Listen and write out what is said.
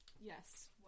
yes